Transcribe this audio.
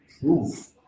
proof